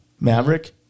Maverick